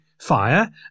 fire